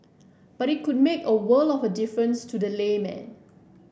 but it could make a world of difference to the layman